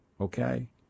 Okay